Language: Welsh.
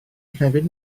hefyd